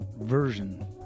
version